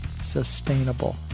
sustainable